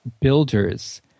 builders